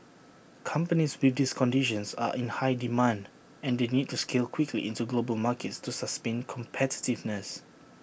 companies with these conditions are in high demand and they need to scale quickly into global markets to sustain competitiveness